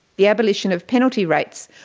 the abolition of penalty rates,